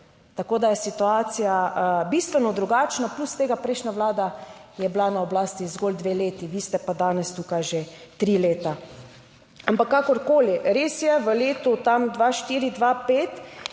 Tako da je situacija bistveno drugačna. Plus tega prejšnja vlada je bila na oblasti zgolj dve leti, vi ste pa danes tukaj že tri leta. Ampak kakorkoli, res je, v letu tam 2004, 2005 so se